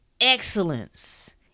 excellence